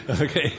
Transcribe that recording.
Okay